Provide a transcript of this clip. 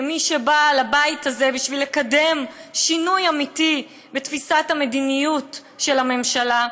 כמי שבאה לבית הזה בשביל לקדם שינוי אמיתי בתפיסת המדיניות של המדינה,